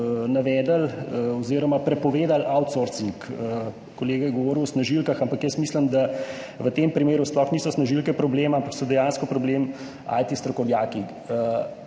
navedli oziroma prepovedali outsourcing. Kolega je govoril o snažilkah, ampak jaz mislim, da v tem primeru sploh niso snažilke problem, ampak so dejansko problem IT strokovnjaki.